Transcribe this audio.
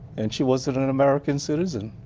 and she wasn't an american citizen.